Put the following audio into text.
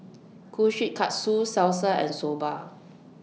Kushikatsu Salsa and Soba